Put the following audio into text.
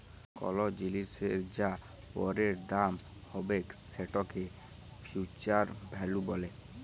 call জিলিসের যা পরের দাম হ্যবেক সেটকে ফিউচার ভ্যালু ব্যলে